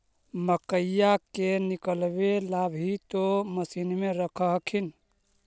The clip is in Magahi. मकईया के निकलबे ला भी तो मसिनबे रख हखिन?